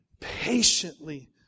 patiently